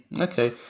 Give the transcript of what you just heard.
Okay